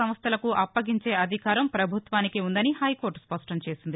సంస్థలకు అప్పగించే అధికారం పభుత్వానికి ఉందని హైకోర్టు స్పష్టం చేసింది